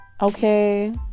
Okay